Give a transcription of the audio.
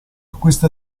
questa